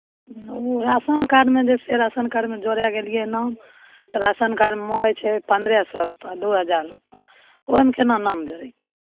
ओ ration कार्डमे जैसे ration कार्डमे जोरै गेलीये नाम तऽ राशन कार्डमे मंगै छै पन्द्रह सए रूपा दू हजार रूपा ओहिमे केना नाम जोरैतै